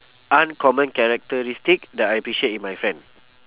uncommon characteristic that I appreciate in my friend